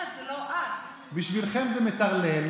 היא האמירה המרכזית שצריכה לצאת ממשרדי הממשלה,